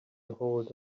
ahold